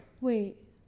Wait